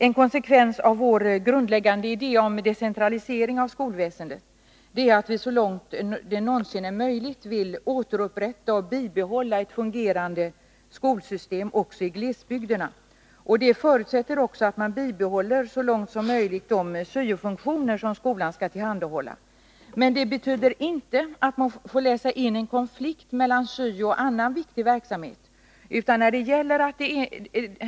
En konsekvens av vår grundläggande idé om decentralisering av skolväsendet är att vi så långt det är möjligt vill återupprätta och bibehålla ett fungerande skolsystem också i glesbygderna. Det förutsätter att man behåller de syo-funktioner som skolan skall tillhandahålla. Men det betyder inte att man får läsa in en konflikt mellan syo och annan viktig verksamhet.